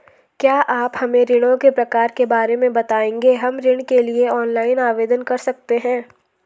क्या आप हमें ऋणों के प्रकार के बारे में बताएँगे हम ऋण के लिए ऑनलाइन आवेदन कर सकते हैं?